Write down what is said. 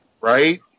Right